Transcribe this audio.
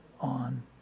on